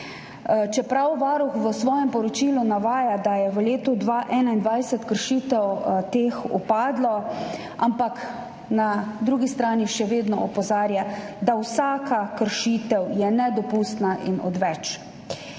Čeprav Varuh v svojem poročilu navaja, da je v letu 2021 kršitev teh upadlo, na drugi strani še vedno opozarja, da je vsaka kršitev nedopustna in odveč.